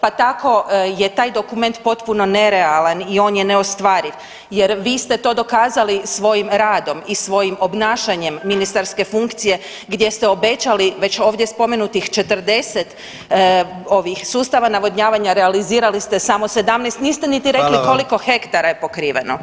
Pa tako je taj dokument potpuno nerealan i on je neostvariv jer vi ste to dokazali svojim radom i svojim obnašanjem ministarske funkcije gdje ste obećali već ovdje spomenutih 40 sustava navodnjavanja, a realizirali ste samo 17, niste niti rekli koliko [[Upadica predsjednik: Hvala vam.]] hektara je pokriveno.